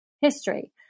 history